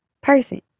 person